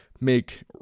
make